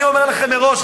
אני אומר לכם מראש,